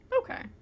Okay